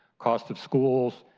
cost of schools,